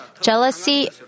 Jealousy